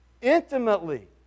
Intimately